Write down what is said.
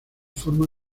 forma